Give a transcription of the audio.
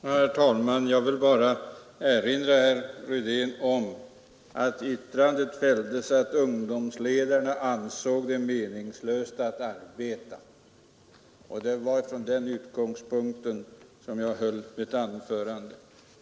Herr talman! Vad herr Rydén sade var att ungdomsledarna ansåg det meningslöst att arbeta. Det var från den utgångspunkten jag höll mitt anförande.